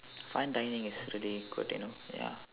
fine dining is really good you know ya